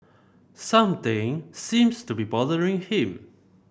something seems to be bothering him